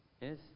Yes